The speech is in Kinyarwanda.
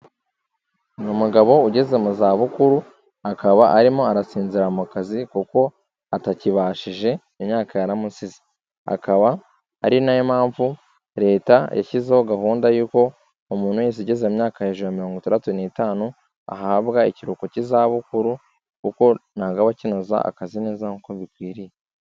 Ni umugabo ugeze mu zabukuru akaba arimo arasinzira mu kazi kuko atakibashije imyaka yaramusize. Akaba ari na yo mpamvu leta yashyizeho gahunda y'uko umuntu wese ugeze mu myaka hejuru ya mirongo itandatu n'itanu, ahabwa ikiruhuko cy'izabukuru kuko ntabwo aba akinoza akazi neza nk'uko bikwiriye.